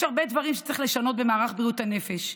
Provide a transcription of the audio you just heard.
יש הרבה דברים שצריך לשנות במערך בריאות הנפש,